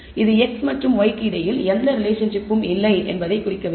இது x மற்றும் y க்கு இடையில் எந்த ரிலேஷன்ஷிப்பும் இல்லை என்பதைக் குறிக்கவில்லை